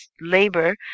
labor